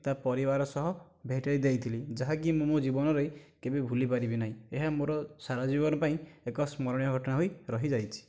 ତା ପରିବାର ସହ ଭେଟାଇ ଦେଇଥିଲି ଯାହା କି ମୁଁ ମୋ ଜୀବନରେ କେବେ ଭୁଲି ପାରିବି ନାହିଁ ଏହା ମୋର ସାରା ଜୀବନ ପାଇଁ ଏକ ସ୍ମରଣୀୟ ଘଟଣା ହୋଇ ରହିଯାଇଛି